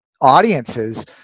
audiences